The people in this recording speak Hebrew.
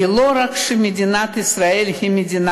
כי לא רק שמדינת ישראל היא מדינה